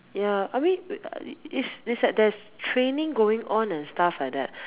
ya I mean its its like there's training going on and stuff like that